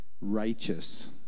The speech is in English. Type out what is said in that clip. righteous